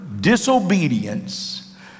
disobedience